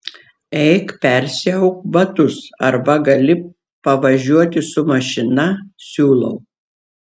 eik persiauk batus arba gali pavažiuoti su mašina siūlau